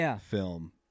film